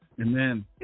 Amen